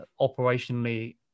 operationally